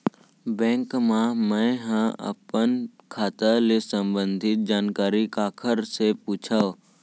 Bank मा मैं ह अपन खाता ले संबंधित जानकारी काखर से पूछव?